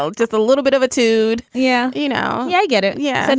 so just a little bit of a tude yeah. you know. yeah, i get it. yeah. and